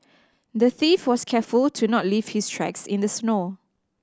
the thief was careful to not leave his tracks in the snow